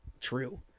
true